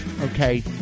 okay